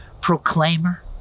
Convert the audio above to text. proclaimer